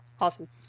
awesome